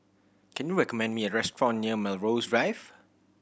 can you recommend me a restaurant near Melrose Drive